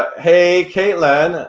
hey, caitlin,